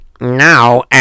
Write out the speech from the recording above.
now